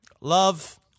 love